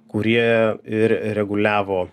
kurie ir reguliavo